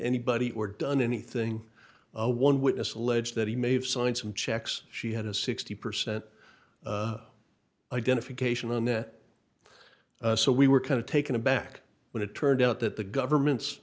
anybody or done anything one witness alleged that he may have signed some checks she had a sixty percent identification on that so we were kind of taken aback when it turned out that the government's